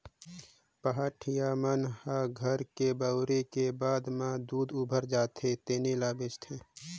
पहाटिया मन ह घर के बउरे के बाद म दूद उबर जाथे तेने ल बेंचथे